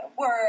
work